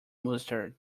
mustard